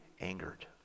angered